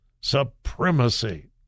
supremacy